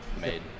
made